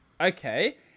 Okay